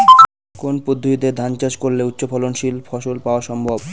কোন পদ্ধতিতে ধান চাষ করলে উচ্চফলনশীল ফসল পাওয়া সম্ভব?